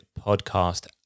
podcast